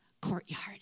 courtyard